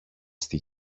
στη